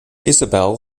isabelle